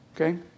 Okay